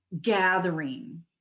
Gathering